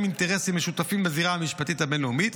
אינטרסים משותפים בזירה המשפטית הבין-לאומית,